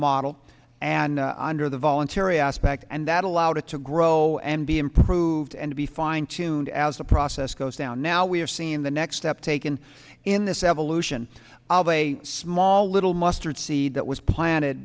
model and under the voluntary aspect and that allowed it to grow and be improved and be fine tuned as the process goes down now we have seen the next step taken in this evolution of a small little mustard seed that was planted